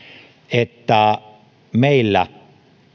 että meillä